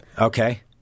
okay